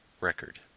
record